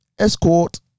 escort